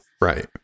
right